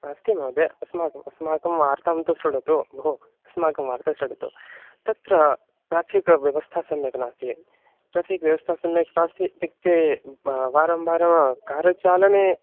नास्ति महोदय अस्माकं अस्माकं वार्तां तु श्रुणोतु भोः अस्माकं वार्तां श्रुणोतु तत्र ट्राफ़िक् व्यवस्था सम्यग्नास्ति ट्राफ़िक् व्यवस्था सम्यक् नास्ति इत्युक्ते म् वारंवारं कार् चालने